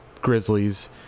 Grizzlies